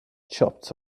chopped